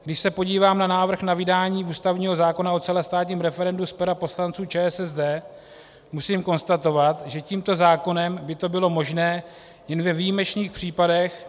Když se podívám na návrh na vydání ústavního zákona o celostátním referendu z pera poslanců ČSSD, musím konstatovat, že tímto zákonem by to bylo možné jen ve výjimečných případech.